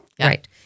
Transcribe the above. Right